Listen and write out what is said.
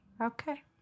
Okay